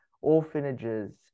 orphanages